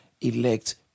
elect